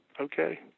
Okay